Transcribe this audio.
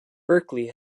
berkley